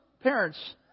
parents